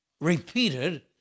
repeated